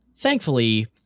Thankfully